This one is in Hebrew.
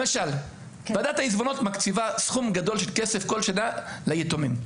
למשל ועדת העיזבונות מקציבה סכום גדול של כסף כל שנה ליתומים.